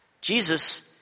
Jesus